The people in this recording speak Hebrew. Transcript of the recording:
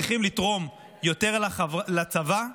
צריכים לתרום יותר לצבא,